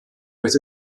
bis